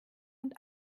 und